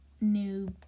new